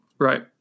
Right